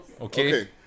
Okay